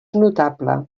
notable